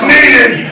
Needed